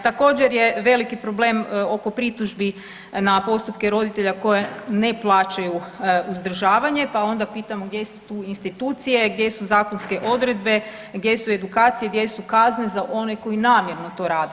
Također je veliki problem oko pritužbi na postupke roditelja koji ne plaćaju uzdržavanje, pa onda pitamo gdje su tu institucije, gdje su zakonske odredbe, gdje su edukacije, gdje su kazne za one koji namjerno to rade.